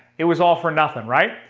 it was all for nothing, right?